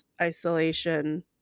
isolation